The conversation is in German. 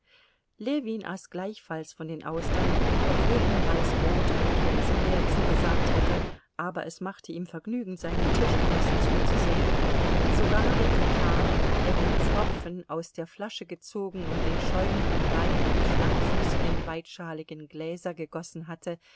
ljewin aß gleichfalls von den austern obwohl ihm weißbrot mit käse mehr zugesagt hätte aber es machte ihm vergnügen seinem tischgenossen zuzusehen sogar der tatar der den pfropfen aus der flasche gezogen und den schäumenden wein in die schlankfüßigen weitschaligen gläser gegossen hatte